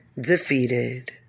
defeated